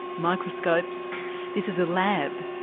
microscopes this is a lab.